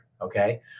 Okay